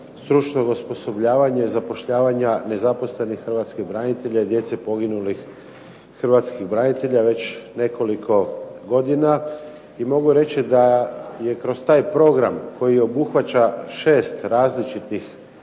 stručnog osposobljavanja i zapošljavanja nezaposlenih Hrvatskih branitelja i djece poginulih Hrvatskih branitelja već nekoliko godina. I mogu reći da je kroz taj program koji obuhvaća 6 različitih